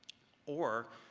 or,